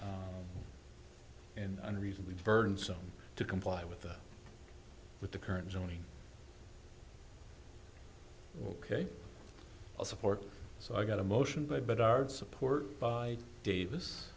and reasonably burdensome to comply with the with the current zoning ok i'll support so i got a motion by but ard support by davis